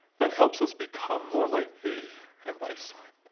that helps us become more like thee and thy son.